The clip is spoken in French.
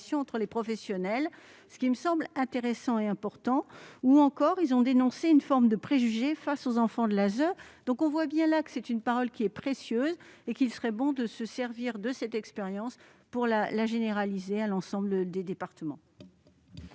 entre les professionnels, ce qui me semble intéressant et important. Par ailleurs, ils ont dénoncé une forme de préjugés face aux enfants de l'ASE. On le voit, il s'agit d'une parole précieuse. Il serait donc bon de se servir de cette expérience pour la généraliser à l'ensemble des départements.